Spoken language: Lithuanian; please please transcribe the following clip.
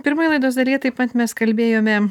pirmoj laidos dalyje taip pat mes kalbėjome